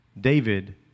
David